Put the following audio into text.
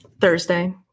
Thursday